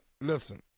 listen